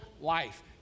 life